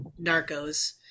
Narcos